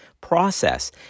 process